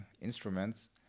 instruments